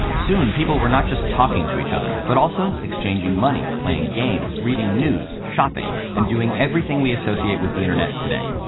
soon people were not just talking to each other, but also exchanging money, playing games, reading news, shopping, and doing everything we associate with the internet today.